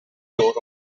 loro